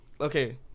okay